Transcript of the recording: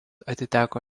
atiteko